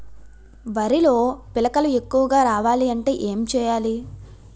వరిలో పిలకలు ఎక్కువుగా రావాలి అంటే ఏంటి చేయాలి?